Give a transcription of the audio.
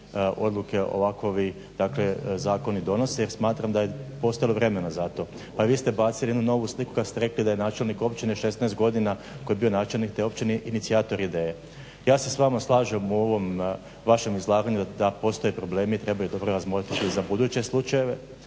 odluke, ovakovi, dakle zakoni donose, jer smatram da je postojalo vremena za to. Pa vi ste bacili jednu novu sliku kad ste rekli da je načelnik općine 16 godina, koji je bio načelnik te općine inicijator ideje. Ja se s vama slažem u ovom vašem izlaganju da postoje problemi, trebaju dobro razmotriti za buduće slučajeve.